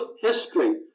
history